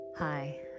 Hi